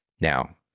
Now